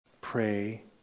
Pray